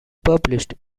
published